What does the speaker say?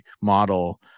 model